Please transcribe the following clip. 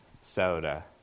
soda